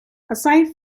aside